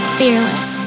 fearless